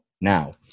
now